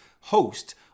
host